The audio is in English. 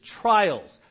trials